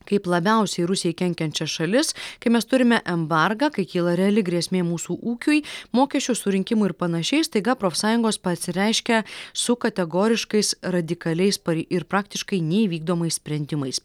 kaip labiausiai rusijai kenkiančias šalis kai mes turime embargą kai kyla reali grėsmė mūsų ūkiui mokesčių surinkimui ir panašiai staiga profsąjungos pasireiškia su kategoriškais radikaliais ir praktiškai neįvykdomais sprendimais